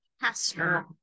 pastor